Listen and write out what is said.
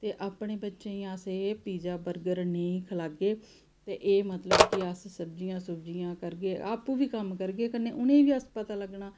ते अपनें बच्चें गी अस एह् पिज्जा बर्गर नेईं खलागे ते एह् मतलब कि अस सब्जियां सुब्जियां करगे आपूं बी कम्म करगे कन्नै उ'नें गी बी पता लगना